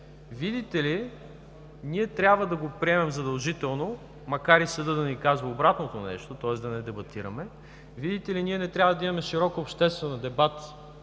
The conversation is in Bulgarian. е, че ние трябва да го приемем задължително, макар съдът да ни казва обратното нещо, тоест да не дебатираме. Видите ли, ние не трябва да имаме широк обществен дебат